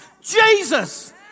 Jesus